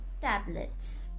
tablets